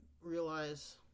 realize